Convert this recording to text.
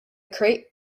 crate